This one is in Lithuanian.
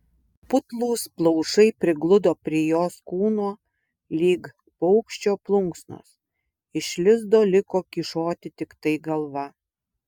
putlūs plaušai prigludo prie jos kūno lyg paukščio plunksnos iš lizdo liko kyšoti tiktai galva